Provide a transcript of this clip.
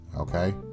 Okay